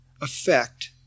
effect